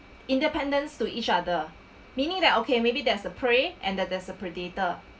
independents to each other meaning that okay maybe there's a prey and that there's a predator